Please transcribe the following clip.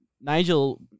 Nigel